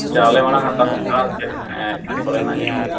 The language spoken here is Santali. ᱪᱟᱣᱞᱮ ᱢᱟᱲᱟᱝ ᱦᱟᱛᱟᱣ ᱦᱩᱭᱩᱜᱼᱟ ᱟᱨ ᱪᱮᱫ ᱛᱟᱨᱯᱚᱨᱮ ᱱᱟᱜ ᱧᱮᱞ ᱦᱩᱭᱩᱜᱼᱟ